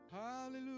Hallelujah